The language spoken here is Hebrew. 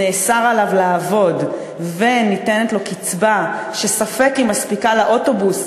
לא נאסר עליו לעבוד ולא ניתנת לו קצבה שספק אם מספיקה לאוטובוס,